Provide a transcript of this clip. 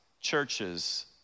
churches